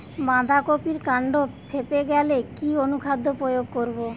বাঁধা কপির কান্ড ফেঁপে গেলে কি অনুখাদ্য প্রয়োগ করব?